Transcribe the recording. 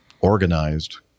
organized